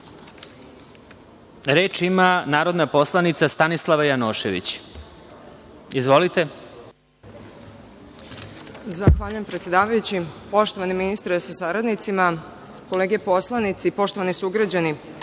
ima narodna poslanica Stanislava Janošević. Izvolite.